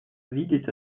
видеть